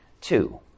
Two